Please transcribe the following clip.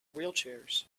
wheelchairs